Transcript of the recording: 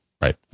right